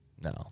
No